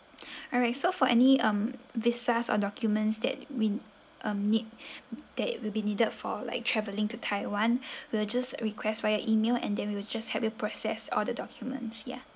alright so for any um visas or documents that we um need that will be needed for like travelling to taiwan we'll just request via email and then we will just help you process all the documents ya